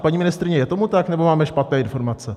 Paní ministryně, je tomu tak, nebo máme špatné informace?